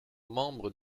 membre